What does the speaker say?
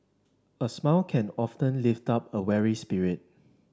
a smile can often lift up a weary spirit